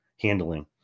handling